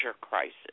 crisis